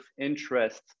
interest